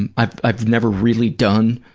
and i've i've never really done